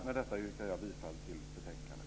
Med detta yrkar jag bifall till förslaget i betänkandet.